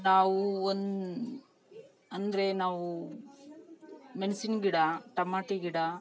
ನಾವು ಒಂದು ಅಂದರೆ ನಾವು ಮೆಣ್ಸಿನ್ ಗಿಡ ಟಮಾಟಿ ಗಿಡ